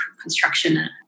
construction